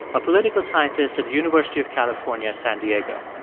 a political scientist at the university of california, san diego.